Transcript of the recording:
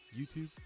YouTube